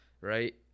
right